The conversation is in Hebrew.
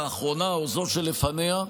האחרונה או זו שלפניה,